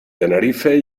tenerife